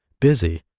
busy